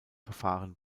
verfahren